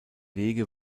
wege